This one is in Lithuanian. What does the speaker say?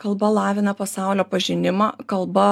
kalba lavina pasaulio pažinimą kalba